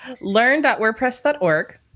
Learn.wordpress.org